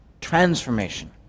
Transformation